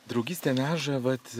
draugystė veža vat